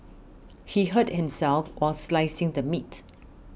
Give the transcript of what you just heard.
he hurt himself while slicing the meat